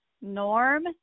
norm